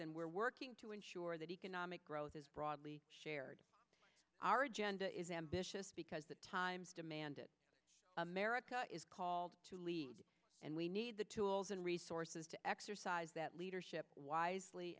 and we're working to ensure that economic growth is broadly shared our agenda is ambitious because the times demand it america is called to lead and we need the tools and resources to exercise that leadership wisely